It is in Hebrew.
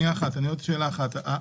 ארז,